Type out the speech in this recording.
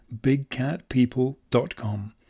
bigcatpeople.com